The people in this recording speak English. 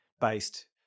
based